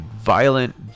violent